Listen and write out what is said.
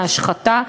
מהשחתה,